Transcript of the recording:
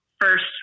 first